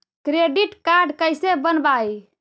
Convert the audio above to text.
Credit card कैसे बनवाई?